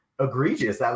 egregious